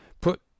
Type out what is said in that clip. put